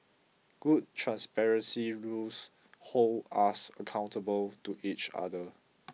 good transparency rules hold us accountable to each other